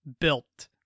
built